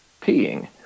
peeing